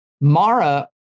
Mara